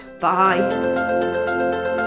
Bye